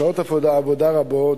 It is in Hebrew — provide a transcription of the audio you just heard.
שעות עבודה רבות,